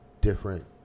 Different